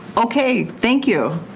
ok, thank you.